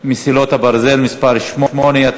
מסילות הברזל (מס' 8),